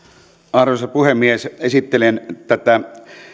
arvoisa puhemies esittelen tätä